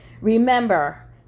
Remember